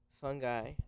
fungi